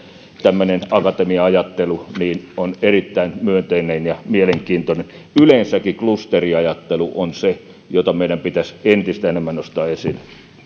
tämmöinen akatemia ajattelu on erittäin myönteistä ja mielenkiintoista yleensäkin klusteriajattelu on se mitä meidän pitäisi entistä enemmän nostaa esille